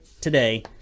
today